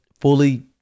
fully